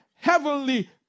Heavenly